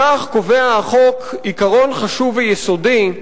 בכך החוק קובע עיקרון חשוב ויסודי,